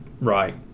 Right